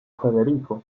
federico